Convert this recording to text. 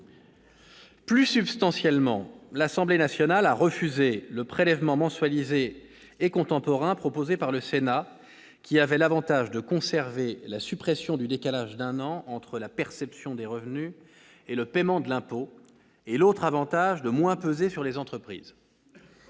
Plus substantiellement, l'Assemblée nationale a refusé le prélèvement mensualisé et contemporain proposé par le Sénat, qui avait l'avantage de conserver la suppression du décalage d'un an entre la perception des revenus et le paiement de l'impôt, et un autre avantage de moins peser sur les entreprises.